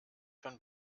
von